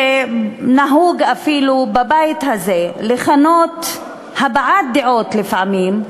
שנהוג אפילו בבית הזה לכנות הבעת דעות לפעמים,